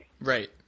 Right